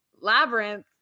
labyrinth